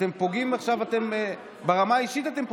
אתם פוגעים בי עכשיו ברמה האישית.